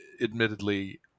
admittedly